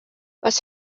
was